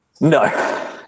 No